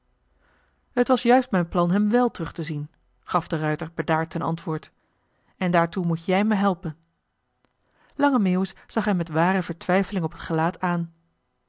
t was juist mijn plan hem wèl terug te zien gaf de ruijter bedaard ten antwoord en daartoe moet jij me helpen lange meeuwis zag hem met ware vertwijfeling op het gelaat aan